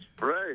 right